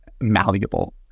malleable